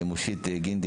מושית גינדי,